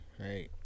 Right